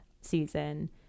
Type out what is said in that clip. season